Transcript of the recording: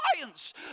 science